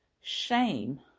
Shame